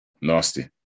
Nasty